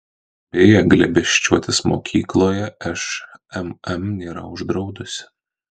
beje glėbesčiuotis mokykloje šmm nėra uždraudusi